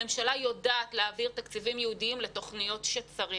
הממשלה יודעת להעביר תקציבים ייעודים לתוכניות כשצריך.